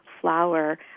Flower